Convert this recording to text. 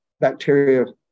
bacteria